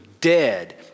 dead